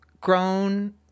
grown